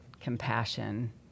compassion